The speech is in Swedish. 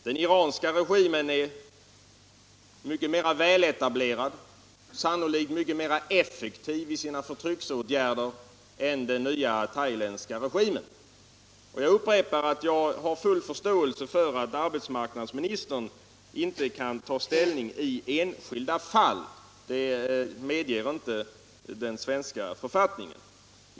Den iranska regimen är mycket mer väletablerad och sannolikt mer effektiv i sina förtryckaråtgärder än den nya thailändska regimen. Jag upprepar att jag har full förståelse för att arbetsmarknadsministern inte kan ta ställning i enskilda fall — det medger inte den svenska författningen.